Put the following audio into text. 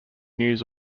news